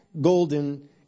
golden